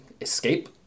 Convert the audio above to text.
escape